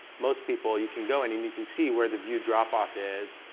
most people, you can go and and you can see where the view drop off is,